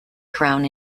crown